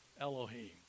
Elohim